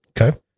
Okay